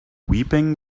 weeping